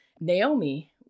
Naomi